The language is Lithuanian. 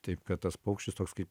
taip kad tas paukštis toks kaip